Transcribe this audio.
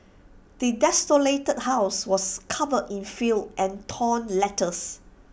the desolated house was covered in filth and torn letters